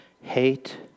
hate